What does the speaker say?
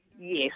Yes